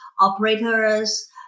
operators